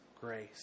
grace